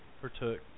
partook